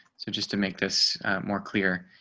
so just to make this more clear.